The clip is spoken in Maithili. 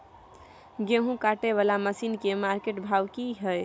गेहूं काटय वाला मसीन के मार्केट भाव की हय?